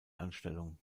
anstellung